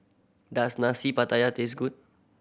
does Nasi Pattaya taste good